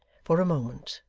for a moment,